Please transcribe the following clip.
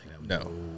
No